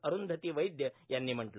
अरूंधती वैद्य यांनी म्हटलं